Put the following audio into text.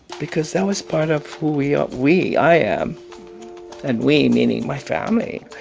because that was part of who we ah we i am and we, meaning my family.